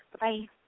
Bye